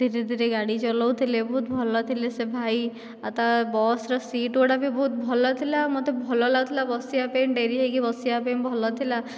ଧିରେ ଧିରେ ଗାଡ଼ି ଚଲଉଥିଲେ ବହୁତ୍ ଭଲ ଥିଲେ ସେ ଭାଇ ଆଉ ତା ବସର ସିଟ୍ ଗୁଡ଼ାକ ବି ବହୁତ୍ ଭଲ ଥିଲା ମୋତେ ଭଲ ଲାଗୁଥିଲା ବସିବା ପାଇଁ ଡେରି ହୋଇକି ବସିବା ପାଇଁ ଭଲ ଥିଲା